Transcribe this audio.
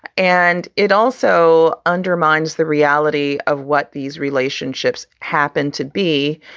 and it also undermines the reality of what these relationships happen to be.